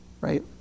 right